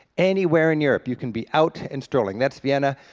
anywhere in europe you can be out and strolling. that's vienna,